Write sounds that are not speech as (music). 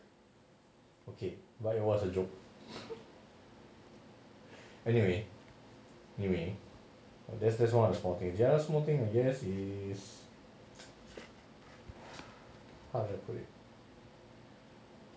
(laughs)